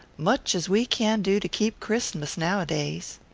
much as we can do to keep christmas nowadays.